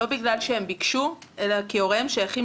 לא בגלל שהם ביקשו אלא כי הוריהם שייכים